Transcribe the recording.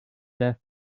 death